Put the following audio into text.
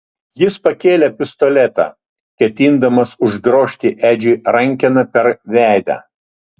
jis pakėlė pistoletą ketindamas uždrožti edžiui rankena per veidą